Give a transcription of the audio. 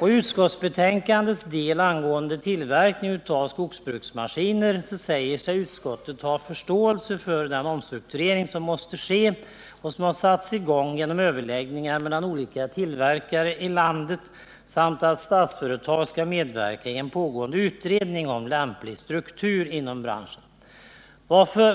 I utskottsbetänkandets avsnitt angående tillverkning av skogsbruksmaskiner säger sig utskottet ha förståelse för den omstrukturering som måste ske och som har satts i gång genom överläggningar mellan olika tillverkare i landet, samt för att Statsföretag skall medverka i en pågående utredning om lämplig struktur inom branschen.